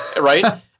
right